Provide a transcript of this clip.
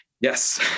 Yes